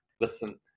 listen